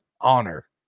honor